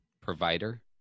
provider